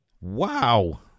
Wow